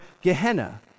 Gehenna